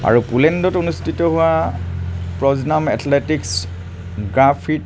আৰু পোলেণ্ডত অনুষ্ঠিত হোৱা প্ৰজ্নাম এথলেটিক্স গ্ৰাফিট